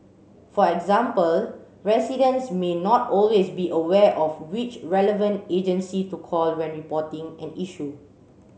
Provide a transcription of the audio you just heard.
for example residents may not always be aware of which relevant agency to call when reporting an issue